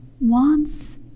wants